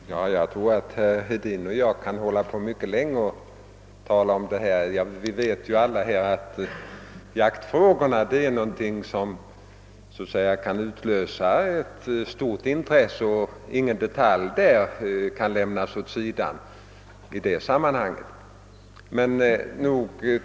Herr talman! Jag tror att herr Hedin och jag kan tala mycket länge om detta problem. Vi vet alla att jaktfrågorna kan utlösa ett stort intresse. Ingen detalj kan lämnas åt sidan i sammanhanget.